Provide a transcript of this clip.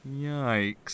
Yikes